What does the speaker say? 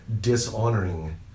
dishonoring